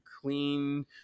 clean